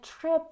trip